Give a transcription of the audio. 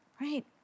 right